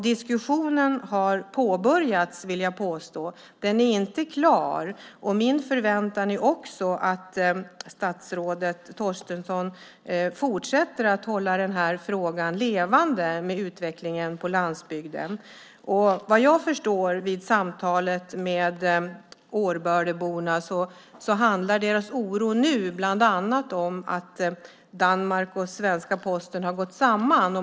Diskussionen har alltså påbörjats. Den är inte klar, och jag förväntar mig också att statsrådet Torstensson fortsätter att hålla frågan om utvecklingen på landsbygden levande. Vad jag förstod vid samtalet med Årböleborna handlar deras oro nu bland annat om att danska och svenska posten har gått samman.